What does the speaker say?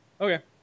Okay